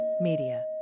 Media